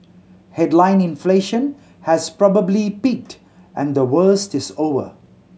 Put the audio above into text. headline inflation has probably peaked and the worst is over